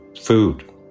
food